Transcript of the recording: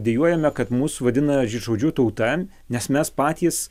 dejuojame kad mus vadina žydžaudžių tauta nes mes patys